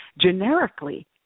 generically